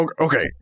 okay